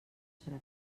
serà